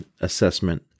assessment